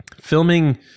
filming